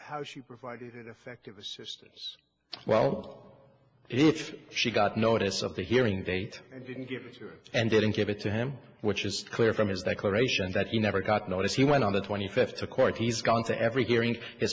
how she provided affected the systems well if she got notice of the hearing date and didn't give it to him which is clear from his declaration that he never got notice he went on the twenty fifth to court he's gone to every gearing his